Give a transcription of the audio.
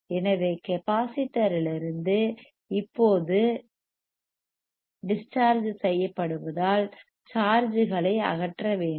எனவே கெப்பாசிட்டர்யிலிருந்து இப்போது டிஸ் சார்ஜ் செய்யப்படுவதால் சார்ஜ்களை அகற்ற வேண்டும்